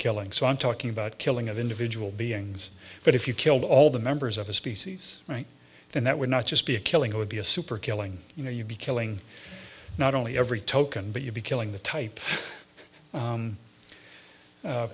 killing so i'm talking about killing of individual beings but if you killed all the members of a species right then that would not just be a killing it would be a super killing you know you'd be killing not only every token but you'd be killing the type